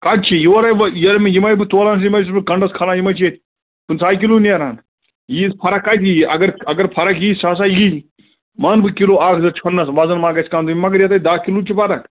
کَتہِ چھِی یور ہے وٲتۍ یم ہے بہٕ تولان چھُس یم ہے چھُس بہٕ کَنٛڈَس کھالان یِم ہے چھِ ییٚتہِ پٕنٛژٕہے کِلوٗ نیران ییٖژ فرق کَتہِ یِیہِ اگر اگر فرق یِیہِ سۄ ہَسا یِیہِ مان بہٕ کِلوٗ اکھ زٕ چھۅننَس وزن ما گَژھِ کم مگر یتھ ہے دَہ کِلوٗ چھِ فرق